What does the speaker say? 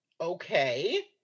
okay